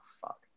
fuck